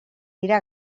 dira